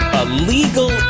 Illegal